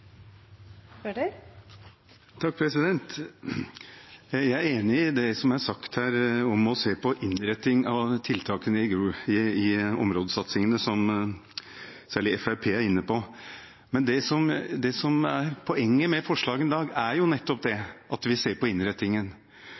sagt her om å se på innretningen av tiltakene i områdesatsingene, noe særlig Fremskrittspartiet er inne på. Men det som er poenget med forslagene i dag, er nettopp at vi ser på